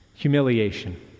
Humiliation